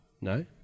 No